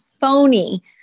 phony